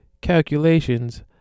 calculations